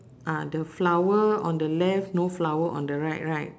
ah the flower on the left no flower on the right right